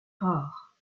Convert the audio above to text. rare